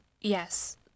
yes